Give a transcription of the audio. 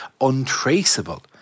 untraceable